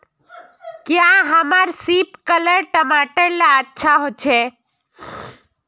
क्याँ हमार सिपकलर टमाटर ला अच्छा होछै?